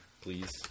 please